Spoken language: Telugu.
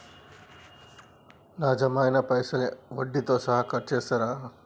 నా జమ అయినా పైసల్ వడ్డీతో సహా కట్ చేస్తరా?